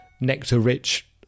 nectar-rich